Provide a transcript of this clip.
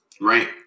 Right